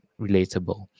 relatable